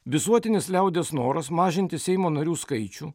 visuotinis liaudies noras mažinti seimo narių skaičių